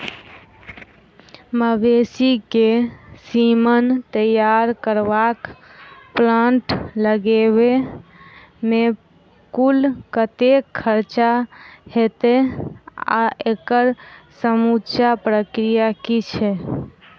मवेसी केँ सीमन तैयार करबाक प्लांट लगाबै मे कुल कतेक खर्चा हएत आ एकड़ समूचा प्रक्रिया की छैक?